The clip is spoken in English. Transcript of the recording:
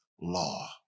law